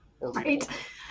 Right